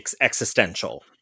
existential